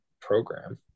program